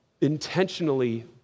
intentionally